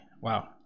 Wow